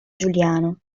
giuliano